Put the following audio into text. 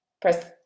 Press